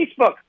Facebook